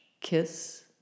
kiss